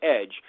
EDGE